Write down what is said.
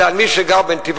אלא על מי שגר בנתיבות,